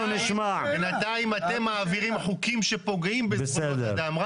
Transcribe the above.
בינתיים אתם מעבירים חוקים שפוגעים בזכויות אדם.